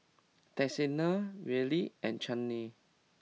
Texanna Reilly and Chana